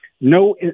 No